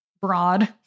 broad